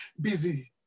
busy